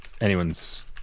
anyone's